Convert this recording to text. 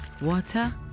Water